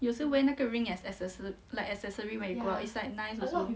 有时 wear 那个 ring as accesso~ like accessory when you go out it's like nice also